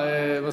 רבותי,